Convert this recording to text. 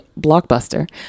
Blockbuster